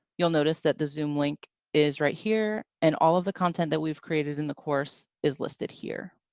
you'll notice that the zoom link is right here, and all of the content that we've created in the course is listed here.